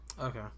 Okay